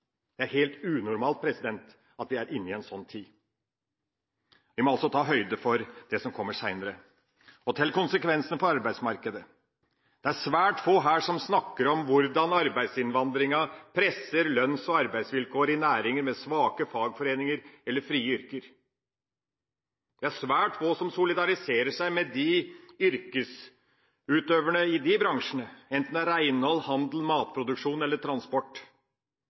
Det er helt unormalt at vi er inne i en sånn tid. Vi må altså ta høyde for det som kommer seinere. Til konsekvensene for arbeidsmarkedet: Det er svært få her som snakker om hvordan arbeidsinnvandringa presser lønns- og arbeidsvilkår i næringer med svake fagforeninger eller frie yrker. Det er svært få som solidariserer seg med yrkesutøverne i de bransjene, enten det er reinhold, handel, matproduksjon eller transport.